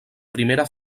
primera